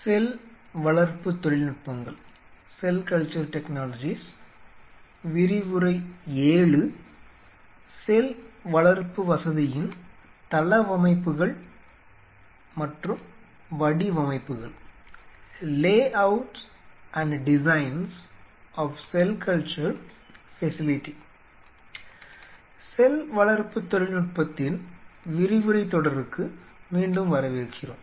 செல் வளர்ப்பு தொழில்நுட்பத்தின் விரிவுரைத் தொடருக்கு மீண்டும் வரவேற்கிறோம்